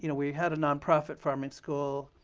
you know we had a nonprofit farming school.